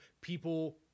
people